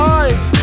eyes